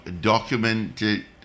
documented